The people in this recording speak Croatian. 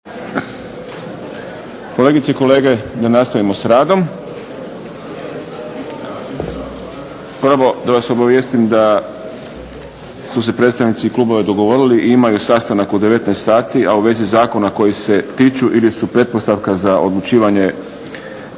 Kolegice i kolege, da nastavimo s radom. Prvo da vas obavijestim da su se predstavnici klubova dogovorili, imaju sastanak u 19 sati, a u vezi zakona koji se tiču ili su pretpostavka za odlučivanje